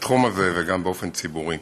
בתחום הזה, וגם באופן ציבורי.